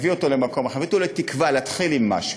יביא אותם לתקווה, להתחיל עם משהו.